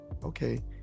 okay